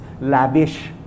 lavish